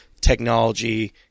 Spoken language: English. technology